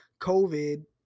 COVID